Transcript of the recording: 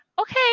Okay